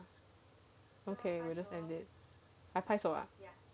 okay we just end it !huh! 拍手 ah